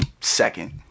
second